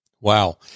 Wow